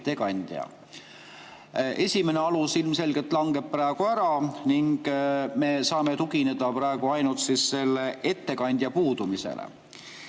Esimene alus ilmselgelt langeb praegu ära ning me saame tugineda ainult ettekandja puudumisele.